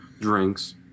drinks